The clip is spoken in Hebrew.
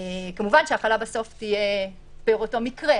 כמובן שההחלה בסוף תהיה פר אותו מקרה,